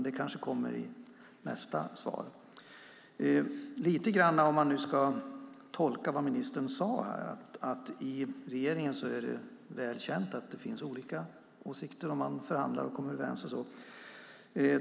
Det kanske kommer i nästa inlägg. Man kan tolka vad ministern här sade om att det är väl känt att det i regeringen finns olika åsikter, och man förhandlar och kommer överens.